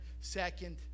second